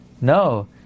No